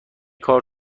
کار